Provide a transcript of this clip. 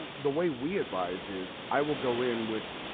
the way we advise is i will go in with